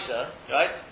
right